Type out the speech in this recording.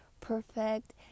perfect